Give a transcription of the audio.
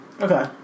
Okay